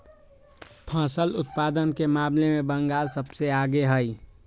फसल उत्पादन के मामले में बंगाल सबसे आगे हई